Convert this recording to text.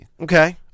okay